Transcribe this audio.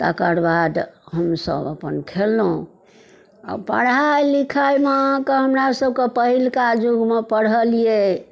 तकर बाद हमहुँ सब अपन खेलहुँ आओर पढ़ाइ लिखाइमे अहाँके हमरा सबके पहिलका जुगमे पढ़लियै